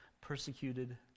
persecuted